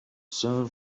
soon